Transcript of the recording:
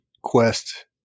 quest